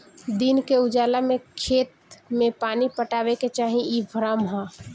दिन के उजाला में खेत में पानी पटावे के चाही इ भ्रम ह